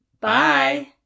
Bye